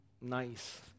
nice